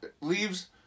Leaves